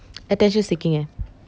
attention seeking uh